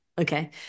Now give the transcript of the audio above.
okay